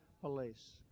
police